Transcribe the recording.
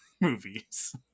movies